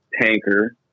tanker